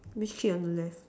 mystery on the left